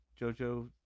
JoJo